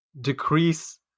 decrease